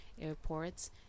airports